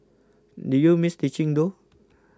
do you miss teaching though